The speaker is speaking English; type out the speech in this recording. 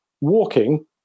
walking